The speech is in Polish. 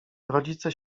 rodzice